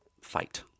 fight